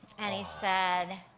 and he said,